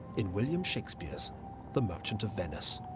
in william shakespeare's the merchant of venice.